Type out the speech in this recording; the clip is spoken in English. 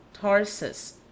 Tarsus